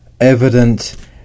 evident